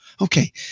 Okay